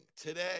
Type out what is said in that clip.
today